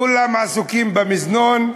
כולם עסוקים במזנון,